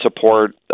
support